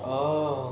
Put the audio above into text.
oh